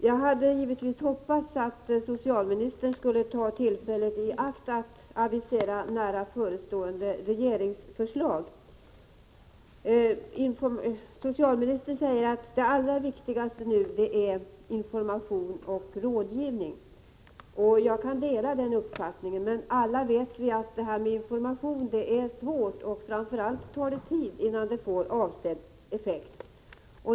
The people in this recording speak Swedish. Jag hade givetvis hoppats att socialministern skulle ta tillfället i akt att avisera nära förestående regeringsförslag. Socialministern säger att det allra viktigaste nu är information och rådgivning. Jag kan dela den uppfattningen, men alla vet vi att detta med information är svårt — och framför allt tar det tid innan informationen får avsedd effekt.